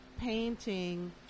painting